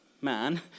man